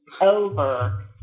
over